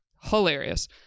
Hilarious